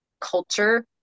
culture